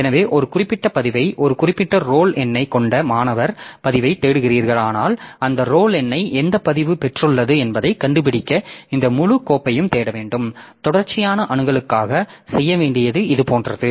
எனவே ஒரு குறிப்பிட்ட பதிவை ஒரு குறிப்பிட்ட ரோல் எண்ணைக் கொண்ட மாணவர் பதிவைத் தேடுகிறீர்களானால் அந்த ரோல் எண்ணை எந்தப் பதிவு பெற்றுள்ளது என்பதைக் கண்டுபிடிக்க இந்த முழு கோப்பையும் தேட வேண்டும் தொடர்ச்சியான அணுகலுக்காக செய்ய வேண்டியது இது போன்றது